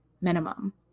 minimum